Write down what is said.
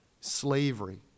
slavery